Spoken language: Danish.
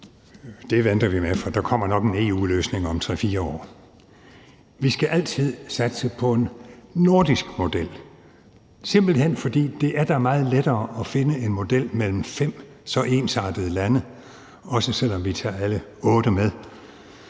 det venter vi med, for der kommer nok en EU-løsning om 3-4 år. Vi skal altid satse på en nordisk model, simpelt hen fordi det da er meget lettere at finde en model mellem fem så ensartede lande, også selv om vi tager alle otte med,